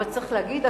אבל צריך להגיד,